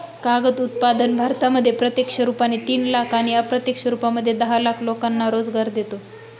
कागद उत्पादन भारतामध्ये प्रत्यक्ष रुपाने तीन लाख आणि अप्रत्यक्ष रूपामध्ये दहा लाख लोकांना रोजगार देतो